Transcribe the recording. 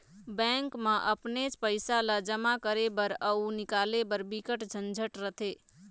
bank म अपनेच पइसा ल जमा करे बर अउ निकाले बर बिकट झंझट रथे